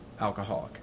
alcoholic